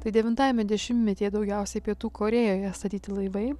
tai devintajame dešimtmetyje daugiausiai pietų korėjoje statyti laivai